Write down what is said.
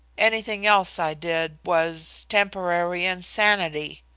anything else i did was temporary insanity!